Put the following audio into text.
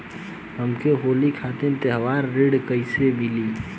हमके होली खातिर त्योहारी ऋण कइसे मीली?